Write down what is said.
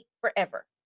forever